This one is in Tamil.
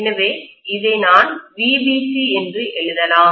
எனவே இதை நான் VBC என்று எழுதலாம்